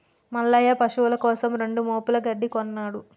మల్లయ్య పశువుల కోసం రెండు మోపుల గడ్డి కొన్నడు